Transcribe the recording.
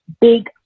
big